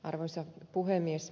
arvoisa puhemies